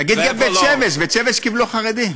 תגיד גם בית-שמש, בבית-שמש קיבלו חרדים.